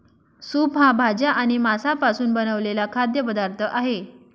soup हा भाज्या आणि मांसापासून बनवलेला खाद्य पदार्थ आहे